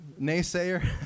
naysayer